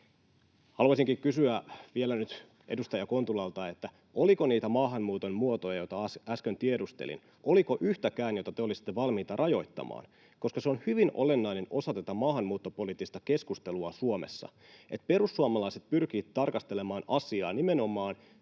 Haluaisinkin kysyä vielä nyt edustaja Kontulalta, oliko niissä maahanmuuton muodoissa, joita äsken tiedustelin, yhtäkään, jota te olisitte valmiita rajoittamaan. Se on hyvin olennainen osa tätä maahanmuuttopoliittista keskustelua Suomessa, että perussuomalaiset pyrkivät tarkastelemaan asiaa nimenomaan